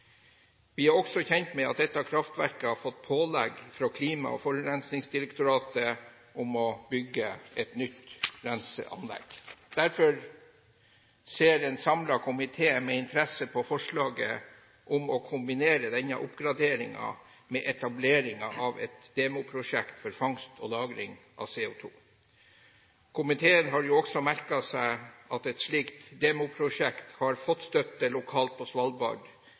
Vi er også kjent med at dette kraftverket har fått pålegg fra Klima- og forurensningsdirektoratet om å bygge et nytt renseanlegg. Derfor ser en samlet komité med interesse på forslaget om å kombinere denne oppgraderingen med etablering av et demoprosjekt for fangst og lagring av CO2. Komiteen har også merket seg at et slikt demoprosjekt har fått støtte lokalt på